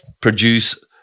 produce